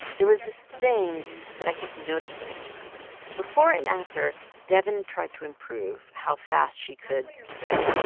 there was this thing that i kept noticing before and after devin tried to improve how fast she could, say,